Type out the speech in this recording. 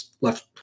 left